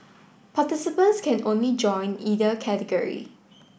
participants can only join either category